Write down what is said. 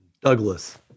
Douglas